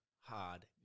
hard